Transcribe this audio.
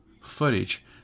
footage